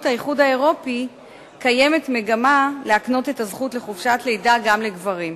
האיחוד האירופי קיימת מגמה להקנות את הזכות לחופשת לידה גם לגברים.